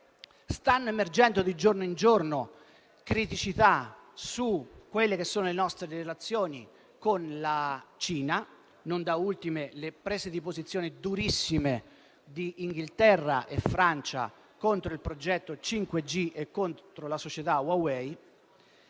Stanno emergendo di giorno in giorno criticità sulle nostre relazioni con la Cina: ricordo da ultimo le prese di posizione durissime di Regno Unito e Francia contro il progetto 5G e contro la società Huawei.